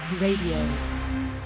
radio